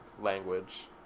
language